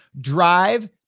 drive